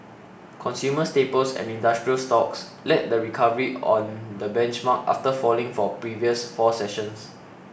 consumer staples and industrial stocks led the recovery on the benchmark after falling for previous four sessions